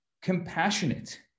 Compassionate